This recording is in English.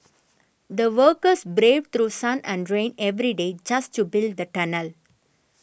the workers braved through sun and rain every day just to build the tunnel